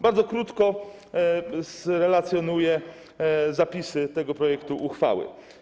Bardzo krótko zrelacjonuję zapisy tego projektu uchwały.